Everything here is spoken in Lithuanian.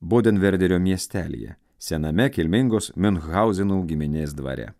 bodenverderio miestelyje sename kilmingos miunhauzenų giminės dvare